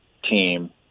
Team